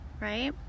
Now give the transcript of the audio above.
right